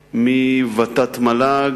ות"ת-מל"ג,